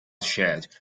shed